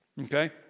okay